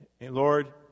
Lord